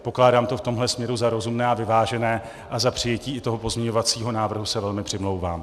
Pokládám to v tomto směru za rozumné a vyvážené a za přijetí i toho pozměňovacího návrhu se velmi přimlouvám.